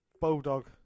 Bulldog